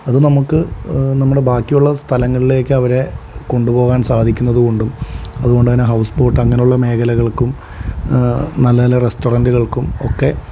അത് നമുക്ക് നമ്മുടെ ബാക്കിയുള്ള സ്ഥലങ്ങളിലേക്ക് അവരെ കൊണ്ടുപോകാൻ സാധിക്കുന്നതുകൊണ്ടും അതുകൊണ്ടുതന്നെ ഹൗസ് ബോട്ട് അങ്ങനെയുള്ള മേഖലകൾക്കും നല്ല നല്ല റസ്റ്റോറന്റുകൾക്കും ഒക്കെ